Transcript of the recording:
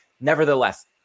Nevertheless